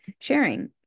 sharing